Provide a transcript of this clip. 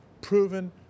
proven